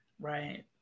right